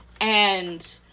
and-